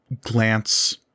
glance